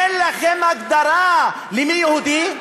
אין לכם הגדרה מיהו יהודי.